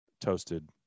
toasted